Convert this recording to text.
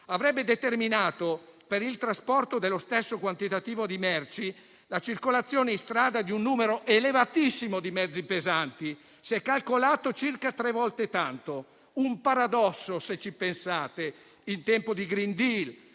avrebbe determinato, per il trasporto dello stesso quantitativo di merci, la circolazione in strada di un numero elevatissimo di mezzi pesanti (si è calcolato circa tre volte tanto): un paradosso, se ci pensate, in tempo di *green deal,*